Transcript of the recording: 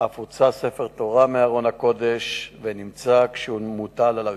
אף הוצא ספר תורה מארון הקודש והוא נמצא מוטל על הרצפה.